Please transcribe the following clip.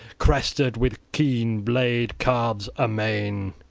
crested, with keen blade carves amain.